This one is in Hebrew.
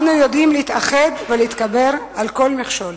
אנו יודעים להתאחד ולהתגבר על כל מכשול.